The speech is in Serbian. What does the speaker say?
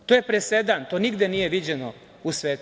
To je presedan, to nigde nije viđeno u svetu.